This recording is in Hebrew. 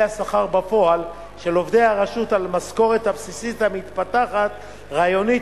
השכר בפועל של עובדי הרשות על המשכורת הבסיסית המתפתחת רעיונית,